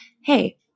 hey